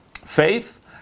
Faith